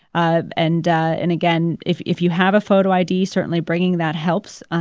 ah and and again, if if you have a photo id, certainly bringing that helps. ah